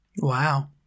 wow